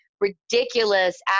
ridiculous